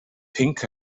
pinc